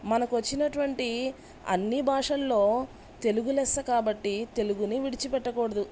మనకు వచ్చిన అటువంటి అన్ని భాషల్లో తెలుగు లెస్స కాబట్టి తెలుగుని విడిచి పెట్టకూడదు